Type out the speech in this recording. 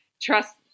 trust